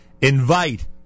invite